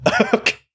Okay